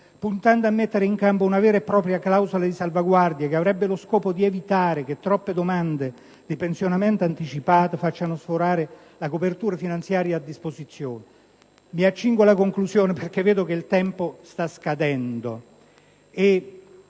puntando a mettere in campo una vera e propria clausola di salvaguardia, che avrebbe lo scopo di evitare che troppe domande di pensionamento anticipato facciano sforare la copertura finanziaria a disposizione. Mi accingo alla conclusione perché il tempo sta scadendo.